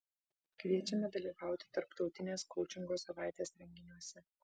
kviečiame dalyvauti tarptautinės koučingo savaitės renginiuose